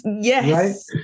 Yes